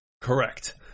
Correct